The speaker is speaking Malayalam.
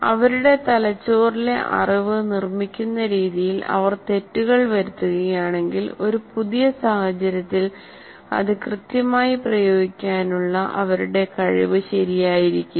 അവരുടെ തലച്ചോറിലെ അറിവ് നിർമ്മിക്കുന്ന രീതിയിൽ അവർ തെറ്റുകൾ വരുത്തുകയാണെങ്കിൽ ഒരു പുതിയ സാഹചര്യത്തിൽ അത് കൃത്യമായി പ്രയോഗിക്കാനുള്ള അവരുടെ കഴിവ് ശരിയായിരിക്കില്ല